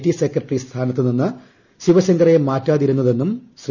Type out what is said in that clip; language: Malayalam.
ടി സെക്രട്ടറി സ്ഥാനത്തു നിന്ന് ശിവശങ്കറെ മാറ്റാതിരുന്നതെന്നും ശ്രീ